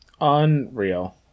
Unreal